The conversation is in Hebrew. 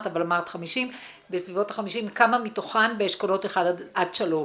כמה מתוכן באשכולות 1-3?